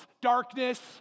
darkness